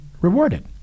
rewarded